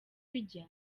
bijya